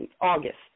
August